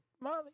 Molly